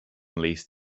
lease